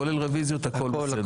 כולל רוויזיות, הכול בסדר.